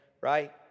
Right